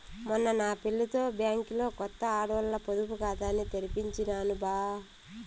మొన్న నా పెళ్లితో బ్యాంకిలో కొత్త ఆడోల్ల పొదుపు కాతాని తెరిపించినాను బా